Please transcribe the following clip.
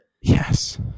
yes